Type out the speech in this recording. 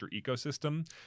ecosystem